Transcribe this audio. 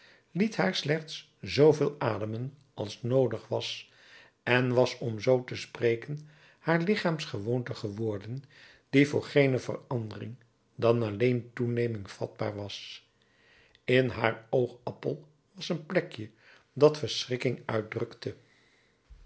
liet haar slechts zooveel ademen als noodig was en was om zoo te spreken haar lichaamsgewoonte geworden die voor geene verandering dan alleen toeneming vatbaar was in haar oogappel was een plekje dat verschrikking uitdrukte